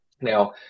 now